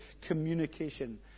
communication